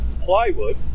plywood